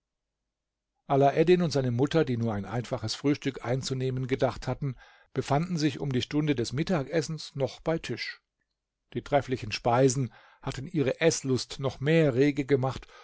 alaeddin und seine mutter die nur ein einfaches frühstück einzunehmen gedacht hatten befanden sich um die stunde des mittagessens noch bei tisch die trefflichen speisen hatten ihre eßlust noch mehr rege gemacht